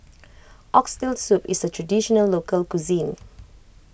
Oxtail Soup is a Traditional Local Cuisine